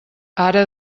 ara